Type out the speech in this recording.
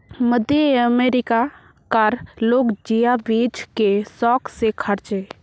मध्य अमेरिका कार लोग जिया बीज के शौक से खार्चे